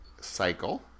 cycle